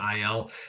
IL